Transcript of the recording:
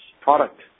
product